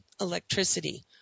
electricity